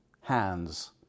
hands